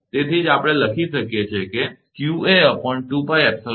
તેથી જ આપણે લખી શકીએ છીએ 𝑞𝑎2𝜋𝜖0 એ 𝑟